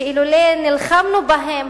שאילולא נלחמנו בהם,